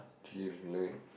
chllax tonight